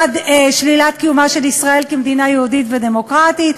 שלילת קיומה של ישראל כמדינה יהודית ודמוקרטית,